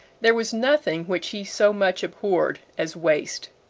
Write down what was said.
there was nothing which he so much abhorred as waste.